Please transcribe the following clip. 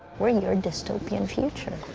we're in your dystopian future.